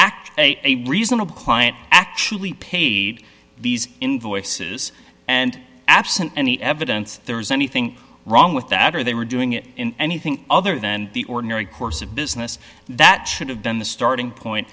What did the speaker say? act a reasonable client actually paid these invoices and absent any evidence there was anything wrong with that or they were doing it in anything other than the ordinary course of business that should have been the starting point